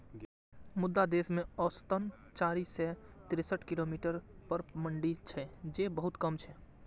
मुदा देश मे औसतन चारि सय तिरेसठ किलोमीटर पर मंडी छै, जे बहुत कम छै